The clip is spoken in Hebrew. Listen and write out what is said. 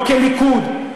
לא כליכוד,